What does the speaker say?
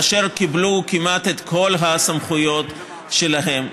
כאשר קיבלו כמעט את כל הסמכויות שלהם.